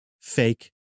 fake